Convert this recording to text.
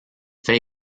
fait